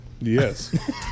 Yes